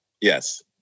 Yes